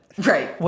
Right